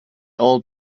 old